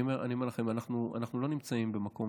אני אומר לכם, אנחנו לא נמצאים במקום